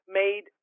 made